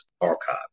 archive